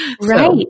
Right